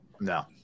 no